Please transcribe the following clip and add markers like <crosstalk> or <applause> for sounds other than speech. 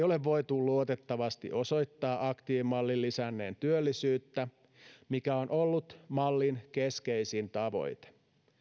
<unintelligible> ole voitu luotettavasti osoittaa aktiivimallin lisänneen työllisyyttä mikä on ollut mallin keskeisin tavoite